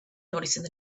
noticing